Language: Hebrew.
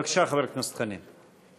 בבקשה, חבר הכנסת חנין.